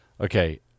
Okay